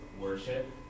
worship